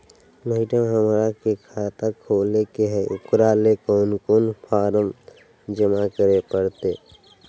Madam, हमरा के खाता खोले के है उकरा ले कौन कौन फारम जमा करे परते?